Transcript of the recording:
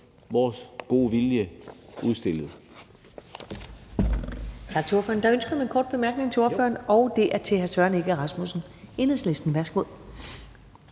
vores gode vilje udstillet.